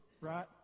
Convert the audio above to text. right